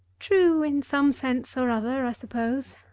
true in some sense or other, i suppose,